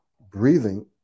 breathing